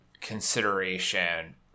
consideration